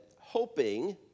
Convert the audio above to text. hoping